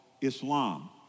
Islam